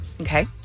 Okay